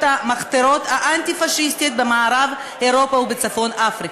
המחתרות האנטי-פאשיסטיות במערב אירופה ובצפון אפריקה.